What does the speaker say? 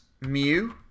MU